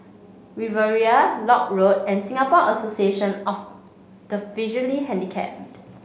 Riviera Lock Road and Singapore Association of the Visually Handicapped